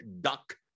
Duck